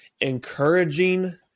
encouraging